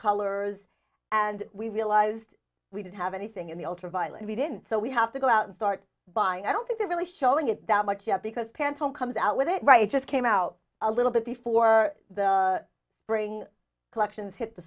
colors and we realized we didn't have anything in the ultraviolet we didn't so we have to go out and start buying i don't think they're really showing it that much yet because panton comes out with it right just came out a little bit before the brain collections hit the